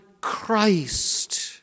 Christ